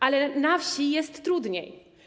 Ale na wsi jest trudniej.